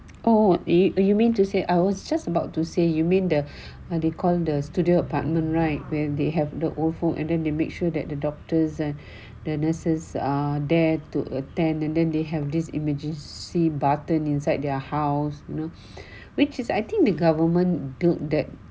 oh eh you mean to say I was just about to say you mean the are they call the studio apartment right when they have the old folk and then they make sure that the doctors and the nurses are there to attend and then they have this emergency button inside their house which is I think the government build that